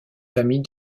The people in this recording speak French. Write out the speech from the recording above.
famille